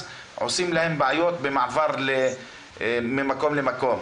יש בעיה במתן אישור לבוגרי ג'נין ברנטגן.